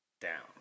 down